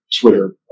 Twitter